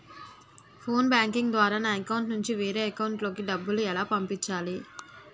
Phone banking ద్వారా నా account నుంచి వేరే అకౌంట్ లోకి డబ్బులు ఎలా పంపించాలి?